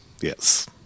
yes